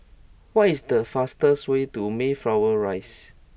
what is the fastest way to Mayflower Rise